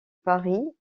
paris